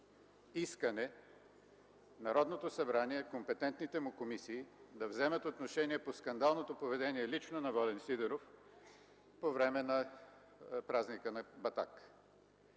искане Народното събрание, компетентните му комисии да вземат отношение по скандалното поведение лично на Волен Сидеров по време на празника на Батак.